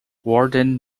warden